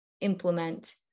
implement